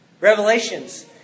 Revelations